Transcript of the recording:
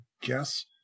guess